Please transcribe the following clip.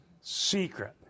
secret